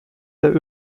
der